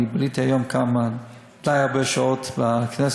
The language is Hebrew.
אני ביליתי היום די הרבה שעות בכנסת,